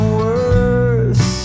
worse